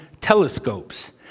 telescopes